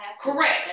Correct